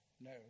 no